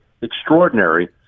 extraordinary